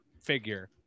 figure